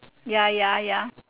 ya ya ya